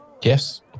Yes